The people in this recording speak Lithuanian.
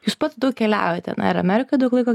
jūs pats daug keliaujate na ir amerikoj daug laiko